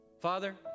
Father